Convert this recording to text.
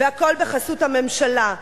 והכול בחסות הממשלה.